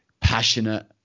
passionate